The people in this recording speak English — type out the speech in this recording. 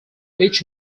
each